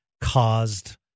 caused